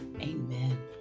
Amen